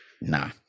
nah